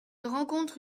rencontre